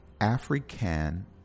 african